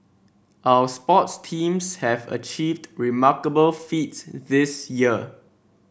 our sports teams have achieved remarkable feats this year